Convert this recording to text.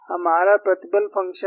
हमारा प्रतिबल फंक्शन था